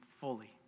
fully